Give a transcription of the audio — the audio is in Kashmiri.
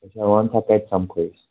اچھا وَن سا کَتہِ سَمکھَو أسۍ